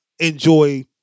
enjoy